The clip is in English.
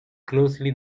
closely